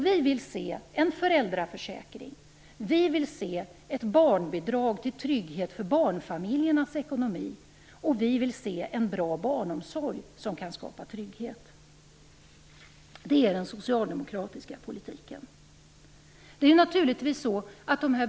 Vi vill se en föräldraförsäkring och ett barnbidrag till trygghet för barnfamiljernas ekonomi samt en bra barnomsorg som kan skapa trygghet. Detta är den socialdemokratiska politiken.